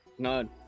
None